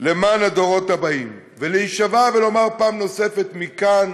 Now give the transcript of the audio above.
למען הדורות הבאים, ולהישבע ולומר פעם נוספת מכאן,